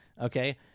Okay